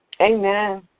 Amen